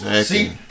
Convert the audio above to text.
See